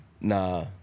Nah